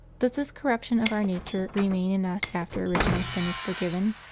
does this corruption of our nature remain in us after original sin is forgiven?